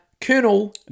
Colonel